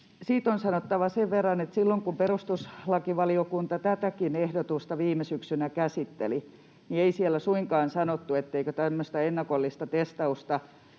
siitä on sanottava sen verran, että silloin kun perustuslakivaliokunta tätäkin ehdotusta viime syksynä käsitteli, niin ei siellä suinkaan sanottu, etteikö tämmöistä ennakollista testitodistusta